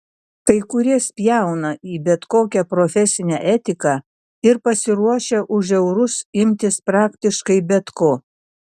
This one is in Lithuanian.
kai kurie spjauna į bet kokią profesinę etiką ir pasiruošę už eurus imtis praktiškai bet ko